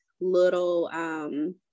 little